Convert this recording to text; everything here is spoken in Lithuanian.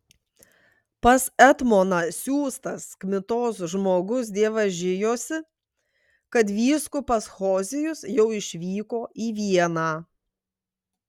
pas etmoną siųstas kmitos žmogus dievažijosi kad vyskupas hozijus jau išvyko į vieną